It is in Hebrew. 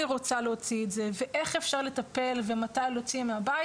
רוצה להוציא את זה ואיך אפשר לטפל ומתי להוציא מהבית.